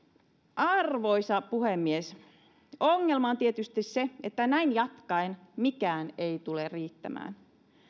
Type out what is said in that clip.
arvoisa puhemies ongelma on tietysti se että näin jatkaen mikään ei tule riittämään